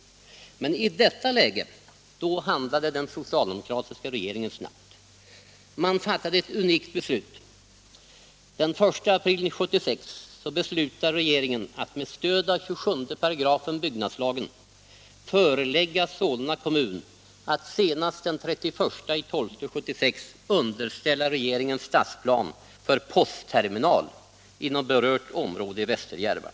Men i detta läge handlade den socialdemokratiska regeringen snabbt. Man fattade ett unikt beslut. Den 1 april 1976 beslöt regeringen att med stöd av 27 § byggnadslagen förelägga Solna kommun att senast den 31 december 1976 underställa regeringen stadsplan för postterminal inom berört område i Västerjärva.